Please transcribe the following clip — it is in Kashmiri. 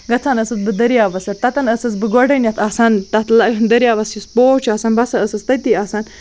گَژھان ٲسٕس بہٕ دریاوَس پٮ۪ٹھ تَتن ٲسٕس بہٕ گۄڈٕنیٚتھ آسان تَتھ دریاوَس یُس پوو چھُ آسان بہٕ ہَسا ٲسٕس تٔتی آسان